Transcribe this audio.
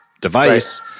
device